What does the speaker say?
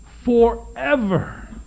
forever